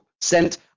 Sent